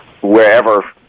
wherever